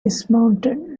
dismounted